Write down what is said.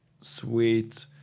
Sweet